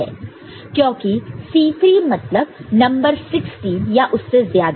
क्योंकि C3 मतलब number 16 या उससे ज्यादा है